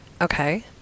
okay